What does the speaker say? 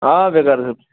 آ ویکار صٲب